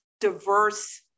diverse